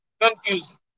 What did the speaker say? confusing